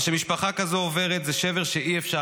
מה שמשפחה כזאת עוברת הוא שבר שאי-אפשר